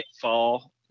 fall